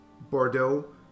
Bordeaux